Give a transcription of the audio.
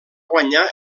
guanyar